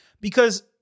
because-